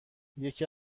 یکی